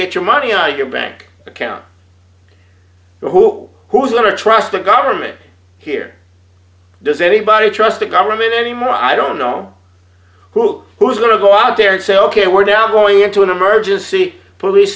get your money on your bank account who who's going to trust the government here does anybody trust the government anymore i don't know who was going to go out there and say ok we're now going into an emergency police